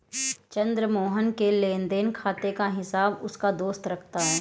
चंद्र मोहन के लेनदेन खाते का हिसाब उसका दोस्त रखता है